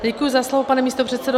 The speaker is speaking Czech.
Děkuji za slovo, pane místopředsedo.